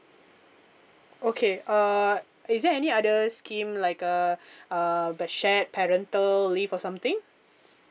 okay uh is there any other scheme like uh uh the shared parental leave or something